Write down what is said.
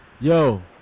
Yo